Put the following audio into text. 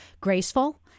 graceful